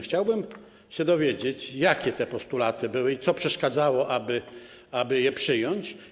Chciałbym się dowiedzieć, jakie te postulaty były i co przeszkadzało, aby je przyjąć.